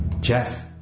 Jeff